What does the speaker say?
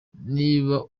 niba